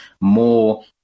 more